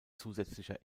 zusätzlicher